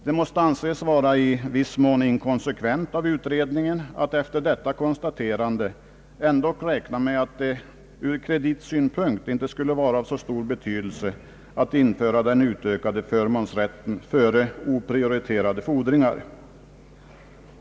Det måste anses vara i viss mån inkonsekvent av utredningen att efter detta konstaterande ändå räkna med att det ur kreditsynpunkt inte skulle vara av så stor betydelse att införa den utökade förmånsrätten före oprioriterade fordringar.